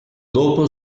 dopo